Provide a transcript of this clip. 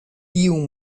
tiun